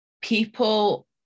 people